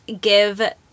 give